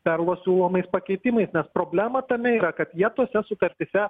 perlo siūlomais pakeitimais nes problema tame yra kad jie tose sutartyse